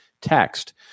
text